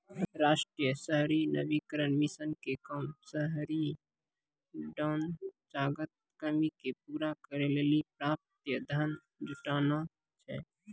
राष्ट्रीय शहरी नवीकरण मिशन के काम शहरी ढांचागत कमी के पूरा करै लेली पर्याप्त धन जुटानाय छै